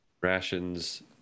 Rations